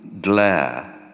glare